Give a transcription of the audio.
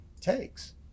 takes